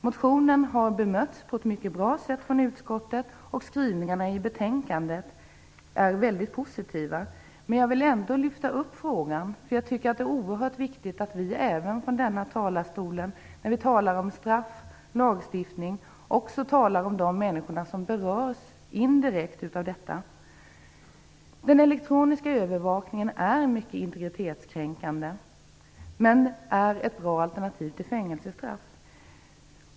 Motionen har bemötts på ett mycket bra sätt av utskottet, och skrivningarna i betänkandet är väldigt positiva. Jag vill ändå lyfta upp frågan, därför att jag tycker att det är oerhört viktigt att vi även från denna talarstol, när vi talar om straff och lagstiftning, också talar om de människor som berörs indirekt av detta. Den elektroniska övervakningen är mycket integritetskränkande, men den är ett bra alternativ till fängelsestraff.